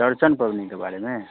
चौरचन पबनी के बारे में